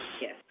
Yes